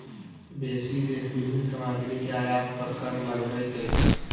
बेसी देश विभिन्न सामग्री के आयात पर कर लगबैत अछि